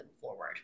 forward